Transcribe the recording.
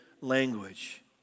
language